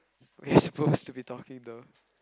we're supposed to be talking though